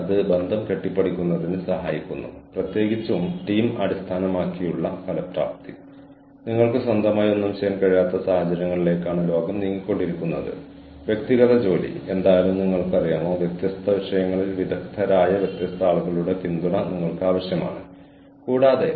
Indian ഗവൺമെന്റിന്റെ മാനവ വിഭവശേഷി വികസന മന്ത്രാലയത്തിന്റെ ധനസഹായത്തോടെയുള്ള സാങ്കേതികവിദ്യ മെച്ചപ്പെടുത്തിയ പഠനത്തിനായുള്ള ദേശീയ പരിപാടിയിലൂടെയാണ് ഇത് വികസിപ്പിച്ചെടുത്തത്